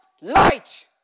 light